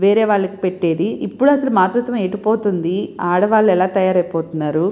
వేరే వాళ్ళకి పెట్టేది ఇప్పుడసలు మాతృత్వం ఎటు పోతుంది ఆడవాళ్లు ఎలా తయారైపోతున్నారు